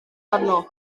arno